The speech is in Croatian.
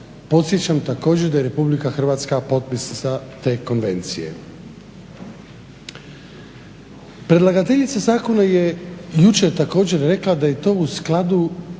Podsjećam također da je RH potpisnica te konvencije. Predlagateljima zakona je jučer također rekla da je to u skladu